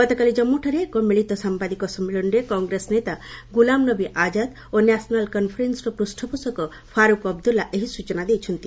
ଗତକାଲି ଜାଞ୍ଗୁଠାରେ ଏକ ମିଳିତ ସାମ୍ଭାଦିକ ସମ୍ମିଳନୀରେ କଂଗ୍ରେସ ନେତା ଗୁଲାମ ନବୀ ଆଜାଦ ଓ ନ୍ୟାସନାଲ୍ କନ୍ଫରେନ୍ନର ପୃଷ୍ଣପୋଷକ ଫାରୁକ୍ ଅବଦୁଲା ଏହି ସୂଚନା ଦେଇଛନ୍ତି